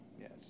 yes